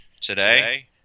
today